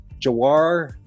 Jawar